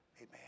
Amen